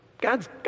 God's